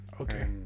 Okay